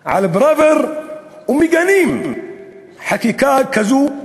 על חוק פראוור, ומגנים חקיקה כזאת,